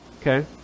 Okay